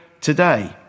today